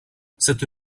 cette